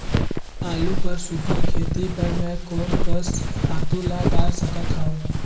आलू कर सुघ्घर खेती बर मैं कोन कस खातु ला डाल सकत हाव?